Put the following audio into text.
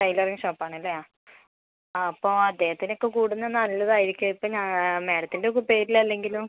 tailoring ഷോപ്പാണല്ലേ അപ്പോൾ അദ്ദേഹത്തിനൊക്കെ കൂടുന്നത് നല്ലത് ആയിരിക്കും ഇപ്പം മാഡത്തിന്റെ ഒക്കെ പേരില ങ്കിലും